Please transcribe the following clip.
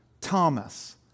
Thomas